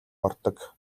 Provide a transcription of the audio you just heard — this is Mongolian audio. ордог